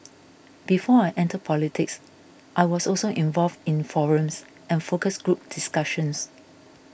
before I entered politics I was also involved in forums and focus group discussions